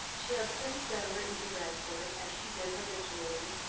she had since then written to grandcourt, as she did habitually,